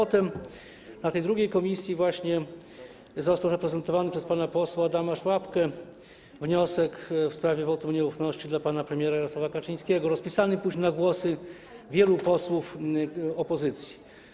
A potem, na tym drugim posiedzeniu komisji właśnie, został zaprezentowany przez pana posła Adama Szłapkę wniosek w sprawie wotum nieufności wobec pana premiera Jarosława Kaczyńskiego, rozpisany później na głosy wielu posłów opozycji.